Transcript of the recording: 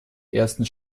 ersten